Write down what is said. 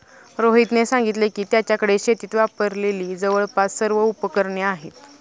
रोहितने सांगितले की, त्याच्याकडे शेतीत वापरलेली जवळपास सर्व उपकरणे आहेत